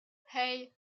hey